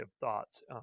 thoughts